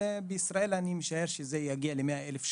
ובישראל אני משער שזה יגיע ל-100 אלף שקלים.